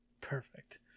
perfect